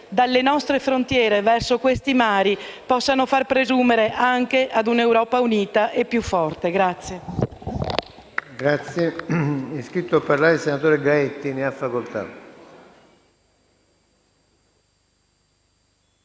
dalle nostre frontiere verso questi mari possano far presumere anche un'Europa unita e più forte.